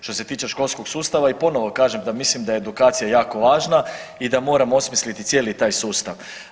Što se tiče školskog sustava i ponovo kažem da mislim da je edukacija jako važna i da moramo osmisliti cijeli taj sustav.